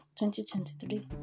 2023